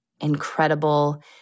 incredible